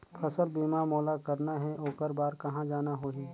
फसल बीमा मोला करना हे ओकर बार कहा जाना होही?